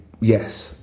Yes